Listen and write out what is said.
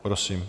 Prosím.